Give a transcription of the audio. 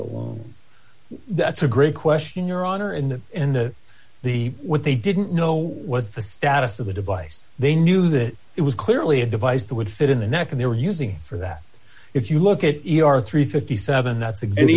alone that's a great question your honor in the end of the what they didn't know was the status of the device they knew that it was clearly a device that would fit in the neck and they were using for that if you look at e r three